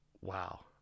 wow